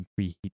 preheat